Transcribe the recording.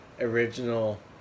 original